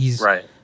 Right